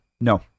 no